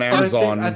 Amazon